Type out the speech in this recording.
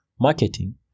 marketing